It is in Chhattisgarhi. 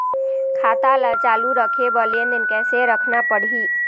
खाता ला चालू रखे बर लेनदेन कैसे रखना पड़ही?